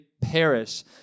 perish